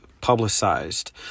publicized